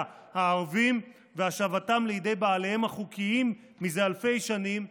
הערבים והשבתם לידי בעליהם החוקיים מזה אלפי שנים,